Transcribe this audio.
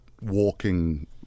walking